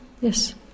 Yes